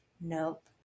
Nope